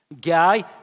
guy